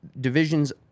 divisions